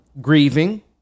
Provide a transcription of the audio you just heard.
Grieving